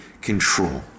control